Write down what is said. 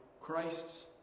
Christ's